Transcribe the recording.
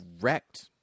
correct